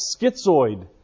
schizoid